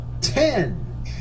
Ten